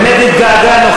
באמת התגעגענו,